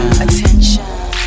attention